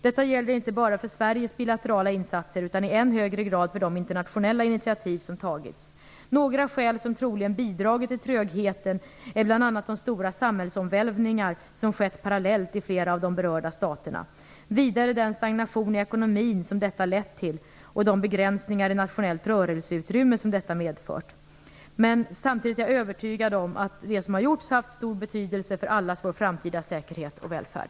Detta gäller inte bara för Sveriges bilaterala insatser utan i än högre grad för de internationella initiativ som tagits. Några skäl som troligen bidragit till trögheten är bl.a. de stora samhällsomvälvningar som skett parallellt i flera av de berörda staterna, vidare den stagnation i ekonomin som detta lett till och de begränsningar i nationellt rörelseutrymme som detta medfört. Samtidigt är jag övetygad om att det som gjorts har stor betydelse förallas vår framtida säkerhet och välfärd.